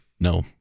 No